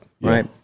right